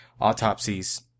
Autopsies